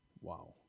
Wow